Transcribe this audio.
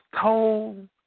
told